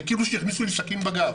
זה כאילו שהכניסו לי סכין בגב.